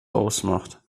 ausmacht